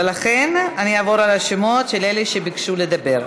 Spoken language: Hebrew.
ולכן אני אעבור על השמות של אלה שביקשו לדבר.